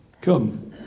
come